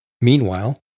Meanwhile